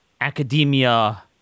academia